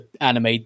anime